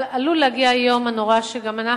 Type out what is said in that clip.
אבל עלול להגיע היום הנורא שגם אנחנו,